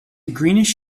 greenish